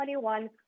2021